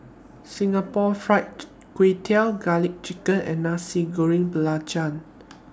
Singapore Fried Kway Tiao Garlic Chicken and Nasi Goreng Belacan